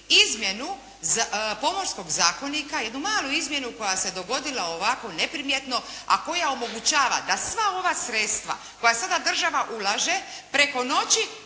izmjenu Pomorskog zakonika, jednu malu izmjenu koja se dogodila ovako neprimjetno a koja omogućava da sva ova sredstva koja sada država ulaže, preko noći